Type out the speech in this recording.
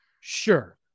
sure